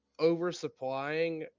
oversupplying